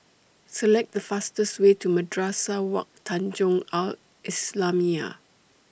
Select The fastest Way to Madrasah Wak Tanjong Al Islamiah